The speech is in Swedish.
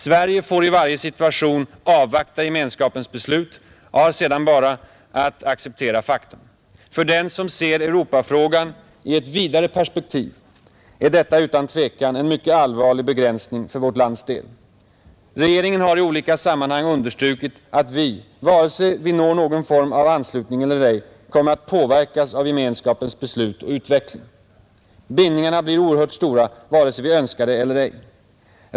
Sverige får i varje situation avvakta Gemenskapens beslut och har sedan bara att acceptera faktum. För den som ser Europafrågan i ett vidare perspektiv är detta utan tvivel en mycket allvarlig begränsning för vårt lands del. Regeringen har i olika sammanhang understrukit att vi — vare sig vi når någon form av anslutning eller ej — kommer att påverkas av Gemenskapens beslut och utveckling. Bindningarna blir oerhört stora vare sig vi önskar det eller ej.